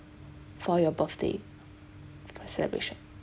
for your birthday celebration